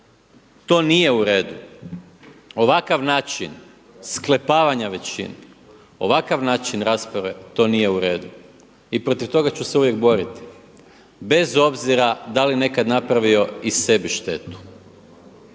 To nije uredu. Ovakav način sklepavanja većine, ovakav način rasprave to nije uredu i protiv toga ću se uvijek boriti, bez obzira da li nekad napravio i sebi štetu.